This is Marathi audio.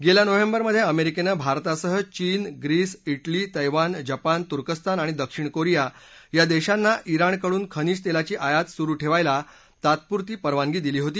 गेल्या नोव्हेंबरमध्ये अमेरिकेनं भारतासह चीन ग्रीस डिली तैवान जपान तुर्कस्तान आणि दक्षिण कोरिया या देशांना डिजकडून खनिज तेलाची आयात सुरू ठेवायला तात्पुरती परवानगी दिली होती